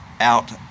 out